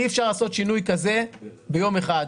אי אפשר לעשות שינוי כזה ביום אחד.